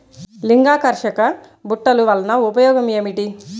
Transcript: లింగాకర్షక బుట్టలు వలన ఉపయోగం ఏమిటి?